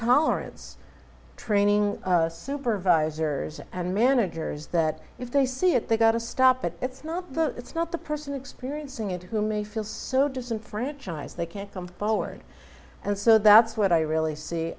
tolerance training supervisors and managers that if they see it they've got to stop it it's not the it's not the person experiencing it who may feel so disenfranchised they can't come forward and so that's what i really see